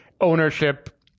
ownership